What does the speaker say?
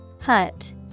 Hut